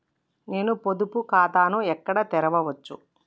నేను పొదుపు ఖాతాను ఎక్కడ తెరవచ్చు?